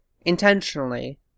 intentionally